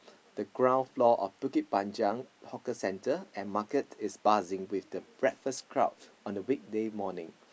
the ground floor of Bukit-Panjang hawker center and market is buzzing with the breakfast crowd on a weekday morning